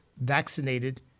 vaccinated